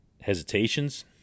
hesitations